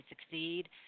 succeed